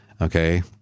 Okay